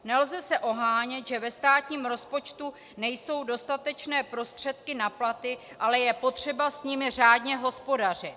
Nelze se ohánět, že ve státním rozpočtu nejsou dostatečné prostředky na platy, ale je potřeba s nimi řádně hospodařit.